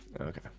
Okay